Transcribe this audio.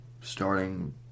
starting